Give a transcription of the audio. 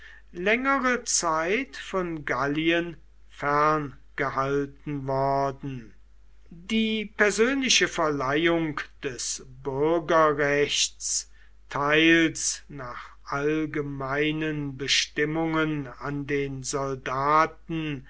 längere zeit von gallien ferngehalten worden die persönliche verleihung des bürgerrechts teils nach allgemeinen bestimmungen an den soldaten